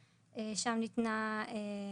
התשנ"א-1991.